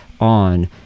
on